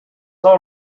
all